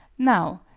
now,